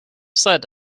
set